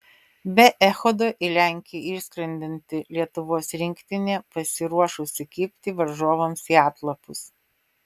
be echodo į lenkiją išskrendanti lietuvos rinktinė pasiruošusi kibti varžovams į atlapus